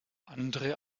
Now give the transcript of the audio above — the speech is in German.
andere